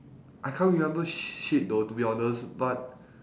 I can't remember shit though to be honest but